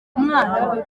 umwana